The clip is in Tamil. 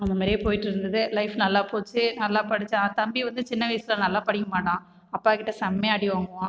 அந்த மாதிரியே போயிட்டுருந்துது லைஃப் நல்லா போச்சு நல்லா படிச்ச தம்பி வந்து சின்ன வயசில் நல்லா படிக்கமாட்டான் அப்பாகிட்ட செமயா அடிவாங்குவான்